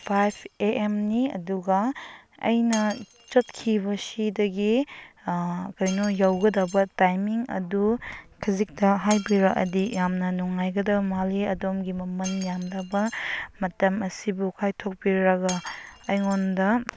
five A ꯑꯦꯝꯅꯤ ꯑꯗꯨꯒ ꯑꯩꯅ ꯆꯠꯈꯤꯕꯁꯤꯗꯒꯤ ꯀꯩꯅꯣ ꯌꯧꯒꯗꯕ ꯇꯥꯏꯝꯃꯤꯡ ꯑꯗꯨ ꯈꯖꯤꯛꯇ ꯍꯥꯏꯕꯤꯔꯛꯑꯗꯤ ꯌꯥꯝꯅ ꯅꯨꯡꯉꯥꯏꯒꯗꯕ ꯃꯥꯜꯂꯤ ꯑꯗꯣꯝꯒꯤ ꯃꯃꯜ ꯌꯥꯝꯂꯕ ꯃꯇꯝ ꯑꯁꯤꯕꯨ ꯀꯥꯏꯊꯣꯛꯄꯤꯔꯒ ꯑꯩꯉꯣꯟꯗ